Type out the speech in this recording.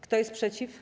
Kto jest przeciw?